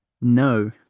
No